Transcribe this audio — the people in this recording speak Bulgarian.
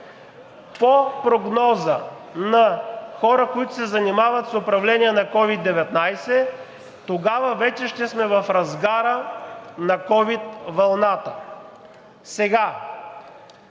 По прогноза на хора, които се занимават с управление на COVID-19, тогава вече ще сме в разгара на ковид вълната.